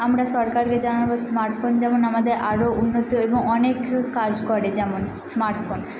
আমরা সরকারকে জানাবো স্মার্ট ফোন যেমন আমাদের আরো উন্নত এবং অনেক কাজ করে যেমন স্মার্ট ফোন